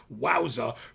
wowza